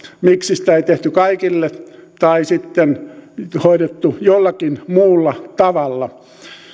miksi sitä ei tehty kaikille tai sitten hoidettu jollakin muulla tavalla